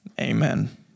Amen